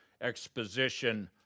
exposition